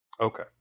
Okay